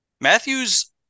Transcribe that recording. Matthews